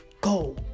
go